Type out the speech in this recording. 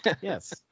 yes